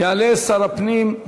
יעלה שר הפנים,